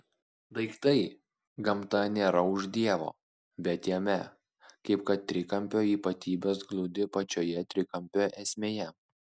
daiktai gamta nėra už dievo bet jame kaip kad trikampio ypatybės glūdi pačioje trikampio esmėje